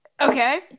Okay